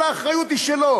אבל האחריות היא שלו.